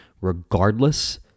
regardless